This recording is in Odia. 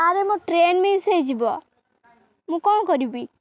ଆରେ ମୋ ଟ୍ରେନ୍ ମିସ୍ ହେଇଯିବ ମୁଁ କ'ଣ କରିବି